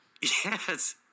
Yes